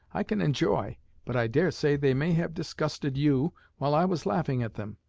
i can enjoy but i daresay they may have disgusted you while i was laughing at them.